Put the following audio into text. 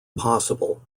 possible